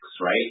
right